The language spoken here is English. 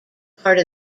part